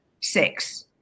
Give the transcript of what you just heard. six